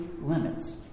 limits